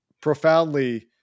profoundly